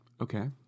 Okay